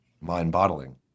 Mind-bottling